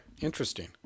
Interesting